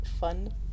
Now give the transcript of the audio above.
fun